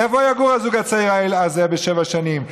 איפה יגור הזוג הצעיר הזה בשבע שנים?